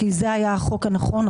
כי זה היה החוק הנכון,